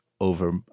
over